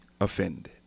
offended